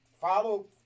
Follow